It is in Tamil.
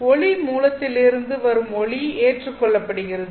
ஒளி மூலத்திலிருந்து வரும் ஒளி ஏற்றுக்கொள்ளப்படுகிறது